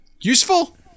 Useful